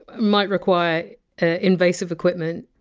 might require ah invasive equipment.